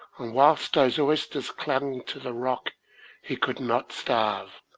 and whilst those oysters clung to the rock he could not starve,